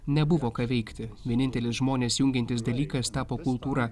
nebuvo ką veikti vienintelis žmones jungiantis dalykas tapo kultūra